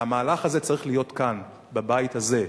והמהלך הזה צריך להיות כאן, בבית הזה,